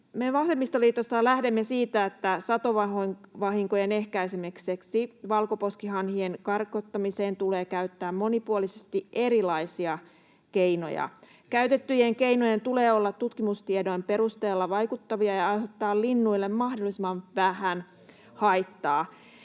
Me vasemmistoliitossa lähdemme siitä, että satovahinkojen ehkäisemiseksi valkoposkihanhien karkottamiseen tulee käyttää monipuolisesti erilaisia keinoja. Käytettyjen keinojen tulee olla tutkimustiedon perusteella vaikuttavia ja aiheuttaa linnuille mahdollisimman vähän haittaa.